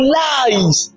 lies